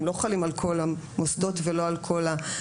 הם לא חלים על כל המוסדות ולא על כל המקצועות,